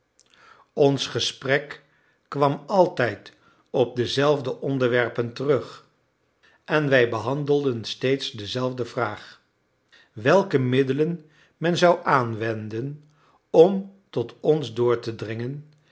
ons gesprek kwam altijd op dezelfde onderwerpen terug en wij behandelden steeds dezelfde vraag welke middelen men zou aanwenden om tot ons door te dringen